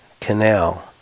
canal